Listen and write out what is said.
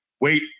wait